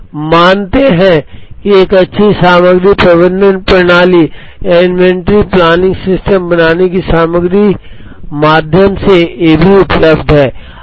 हम यह भी मानते हैं कि एक अच्छी सामग्री प्रबंधन प्रणाली या इन्वेंट्री प्लानिंग सिस्टम बनाने की सामग्री के माध्यम से ये भी उपलब्ध हैं